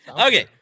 Okay